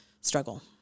struggle